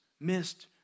missed